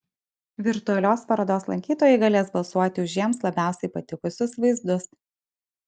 virtualios parodos lankytojai galės balsuoti ir už jiems labiausiai patikusius vaizdus